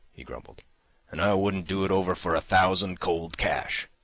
he grumbled an' i wouldn't do it over for a thousand, cold cash.